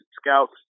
scouts